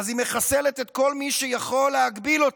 אז היא מחסלת את כל מי שיכול להגביל אותה,